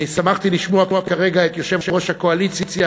שמחתי לשמוע כרגע את יושב-ראש הקואליציה